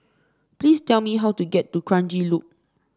please tell me how to get to Kranji Loop